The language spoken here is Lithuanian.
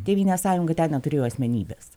tėvynės sąjunga ten neturėjo asmenybes